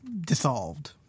dissolved